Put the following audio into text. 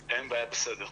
לכולם,